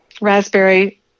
raspberry